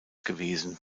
gewesen